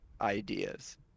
ideas